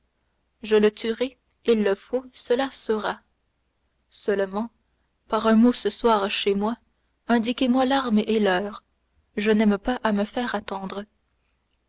je le tuerai il le faut cela sera seulement par un mot ce soir chez moi indiquez-moi l'arme et l'heure je n'aime pas à me faire attendre